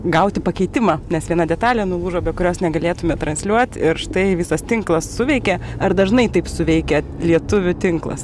gauti pakeitimą nes viena detalė nulūžo be kurios negalėtume transliuot ir štai visas tinklas suveikė ar dažnai taip suveikia lietuvių tinklas